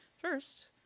First